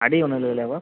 அடி ஒன்றும் இல்லைலப்பா